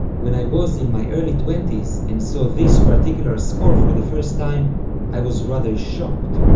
when i was in my early twenties and saw this particular score for the first time i was rather shocked.